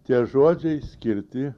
tie žodžiai skirti